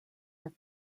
are